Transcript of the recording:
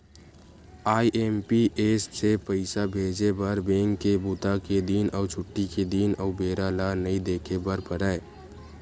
IMPS से पइसा भेजे बर बेंक के बूता के दिन अउ छुट्टी के दिन अउ बेरा ल नइ देखे बर परय